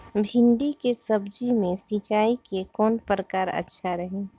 भिंडी के सब्जी मे सिचाई के कौन प्रकार अच्छा रही?